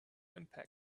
impact